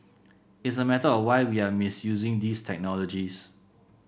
it's a matter of why we are misusing these technologies